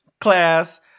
class